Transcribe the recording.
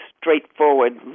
straightforward